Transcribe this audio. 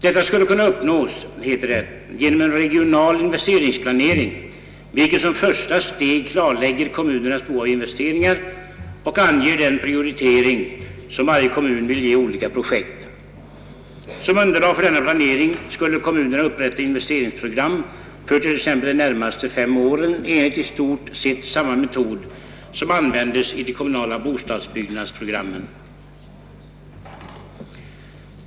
Detta skulle kunna uppnås, heter det, genom en regional investeringsplanering, vilken som första steg klarlägger kommunernas behov av investeringar och anger den prioritering, som varje kommun vill ge olika projekt. Som underlag för denna planering skulle kommunerna upprätta investeringsprogram för t.ex. de närmaste fem åren enligt i stort sett samma metod, som användes i de kommunala bostadsbyggnadsprogrammen.